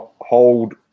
hold